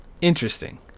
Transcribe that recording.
interesting